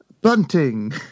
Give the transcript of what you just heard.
bunting